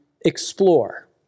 explore